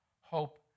hope